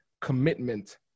commitment